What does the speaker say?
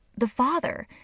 the father.